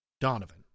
Donovan